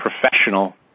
professional